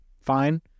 fine